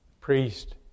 priest